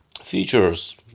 features